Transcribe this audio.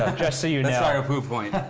ah just so you know. sorry,